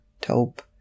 taupe